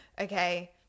Okay